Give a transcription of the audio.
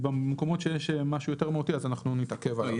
במקומות שיש משהו יותר מהותי אז אנחנו נתעכב עליו.